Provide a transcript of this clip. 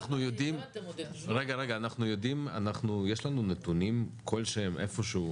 ואנחנו יודעים שגם עצמאים,